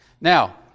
Now